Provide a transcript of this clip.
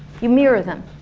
you mirror them,